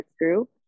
group